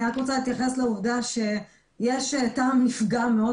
אני רק רוצה להתייחס לעובדה שיש טעם לפגם מאוד